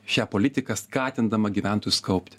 šią politiką skatindama gyventojus kaupti